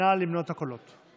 נא למנות את הקולות.